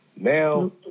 Now